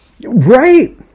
right